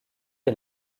est